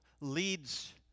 leads